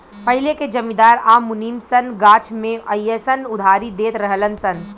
पहिले के जमींदार आ मुनीम सन गाछ मे अयीसन उधारी देत रहलन सन